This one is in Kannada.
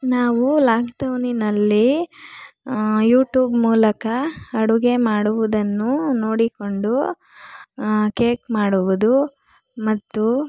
ನಾವು ಲಾಕ್ಡೌನಿನಲ್ಲಿ ಯೂಟ್ಯೂಬ್ ಮೂಲಕ ಅಡುಗೆ ಮಾಡುವುದನ್ನು ನೋಡಿಕೊಂಡು ಕೇಕ್ ಮಾಡುವುದು ಮತ್ತು